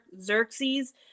Xerxes